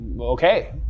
okay